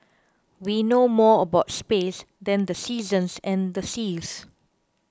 we know more about space than the seasons and the seas